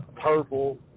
Purple